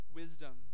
wisdom